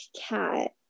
cat